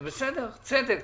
אני בעד אבל צדק מלא.